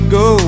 go